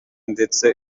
ndetse